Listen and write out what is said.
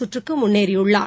சுற்றுக்கு முன்னேறியுள்ளார்